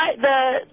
the-